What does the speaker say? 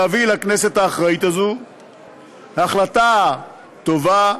להביא לכנסת האחראית הזאת החלטה טובה,